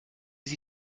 sie